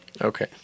Okay